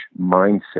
mindset